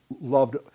loved